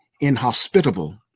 inhospitable